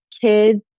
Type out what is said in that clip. kids